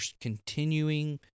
continuing